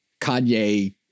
Kanye